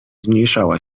zmniejszała